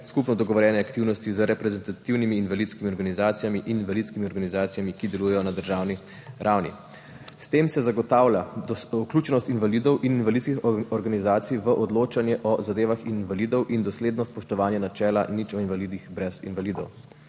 skupno dogovorjene aktivnosti z reprezentativnimi invalidskimi organizacijami in invalidskimi organizacijami, ki delujejo na državni ravni. S tem se zagotavlja vključenost invalidov in invalidskih organizacij v odločanje o zadevah invalidov in dosledno spoštovanje načela nič o invalidih brez invalidov.